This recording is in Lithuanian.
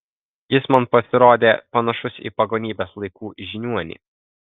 jis man pasirodė panašus į pagonybės laikų žiniuonį